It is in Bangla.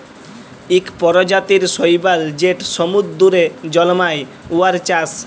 ইক পরজাতির শৈবাল যেট সমুদ্দুরে জল্মায়, উয়ার চাষ